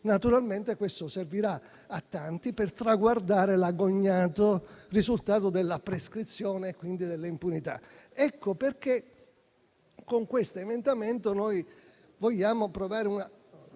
Naturalmente questo servirà a tanti per traguardare l'agognato risultato della prescrizione e quindi dell'impunità. Con questo emendamento vogliamo quindi trovare una